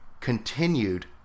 Continued